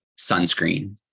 sunscreen